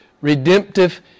redemptive